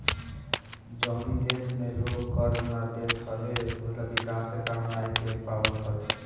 जवनी देस में लोग कर ना देत हवे उहवा विकास के काम नाइ हो पावत हअ